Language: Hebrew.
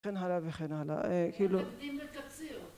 וכן הלאה וכן הלאה